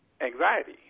anxiety